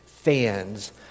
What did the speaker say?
fans